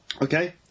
Okay